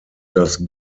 das